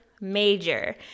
major